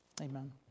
Amen